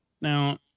Now